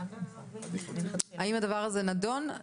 האם הדבר הזה נדון?